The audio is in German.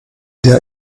der